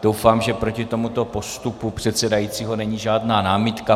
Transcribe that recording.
Doufám, že proti tomuto postupu předsedajícího není žádná námitka.